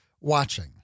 watching